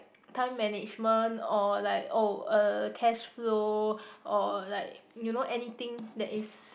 time management or like oh uh cash flow or like you know anything that is